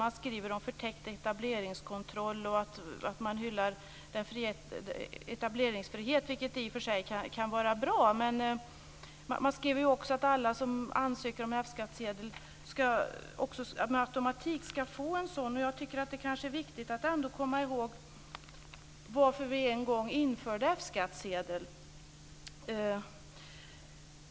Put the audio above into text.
Man skriver om förtäckt etableringskontroll och hyllar etableringsfrihet, något som i och för sig kan vara bra. Man kräver också att alla som ansöker om F-skattesedel ska få en sådan med automatik. Jag tycker att det är viktigt att komma ihåg varför vi en gång införde F-skattesedel.